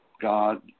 God